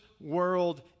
world